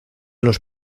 los